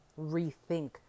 rethink